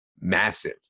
massive